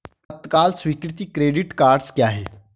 तत्काल स्वीकृति credit cards क्या हैं?